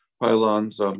pylons